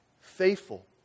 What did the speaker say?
faithful